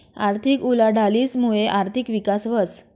आर्थिक उलाढालीस मुये आर्थिक विकास व्हस